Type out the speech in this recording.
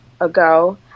ago